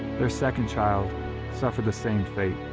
their second child suffered the same fate,